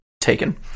taken